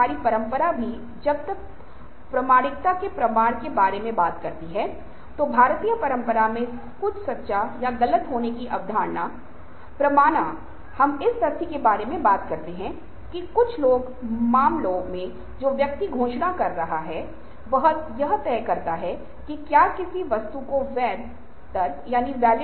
हम हर समय बदलती दुनिया की चुनौतियों का सामना करने के लिए हमारे कौशल ज्ञान और दृष्टिकोण को अपग्रेड करें